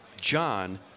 john